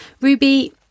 Ruby